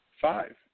Five